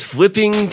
Flipping